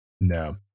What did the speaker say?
No